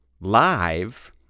live